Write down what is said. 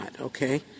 okay